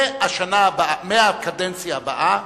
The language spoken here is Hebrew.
מהקדנציה הבאה